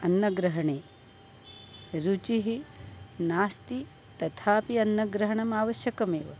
अन्नग्रहणे रुचिः नास्ति तथापि अन्नग्रहणम् आवश्यकमेव